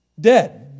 dead